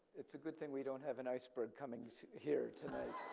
it's a good thing we don't have an iceberg coming here tonight.